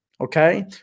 Okay